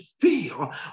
feel